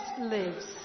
lives